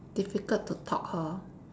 difficult to talk hor